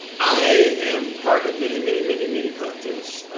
i am part of many, many, many, many collectives.